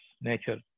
nature